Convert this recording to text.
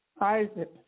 Isaac